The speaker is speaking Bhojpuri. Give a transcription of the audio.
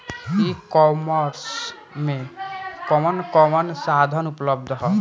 ई कॉमर्स में कवन कवन साधन उपलब्ध ह?